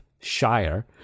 Shire